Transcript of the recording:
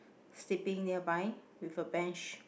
sleeping nearby with a bench